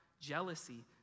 jealousy